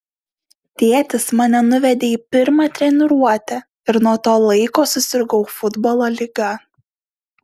tėtis mane nuvedė į pirmą treniruotę ir nuo to laiko susirgau futbolo liga